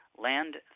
land